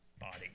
body